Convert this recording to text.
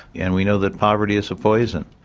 and we know that poverty is a poison,